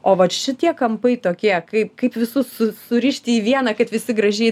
o vat šitie kampai tokie kaip kaip visus su surišti į vieną kad visi gražiai